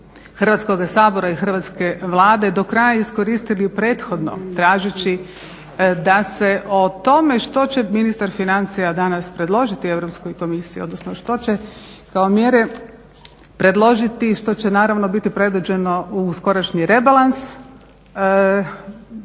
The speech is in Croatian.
Hrvatskoga sabora i hrvatske Vlade do kraja iskoristili prethodno tražeći da se o tome što će ministar financija predložiti Europskoj komisiji odnosno što će kao mjere predložiti i što će biti predviđeno u skorašnji rebalans